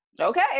okay